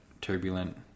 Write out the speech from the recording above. turbulent